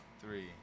three